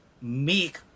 make